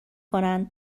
کنن